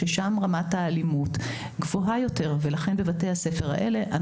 ששם רמת האלימות גבוהה יותר ולכן בבתי הספר האלה,